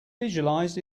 visualized